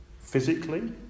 Physically